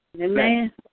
Amen